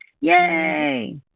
Yay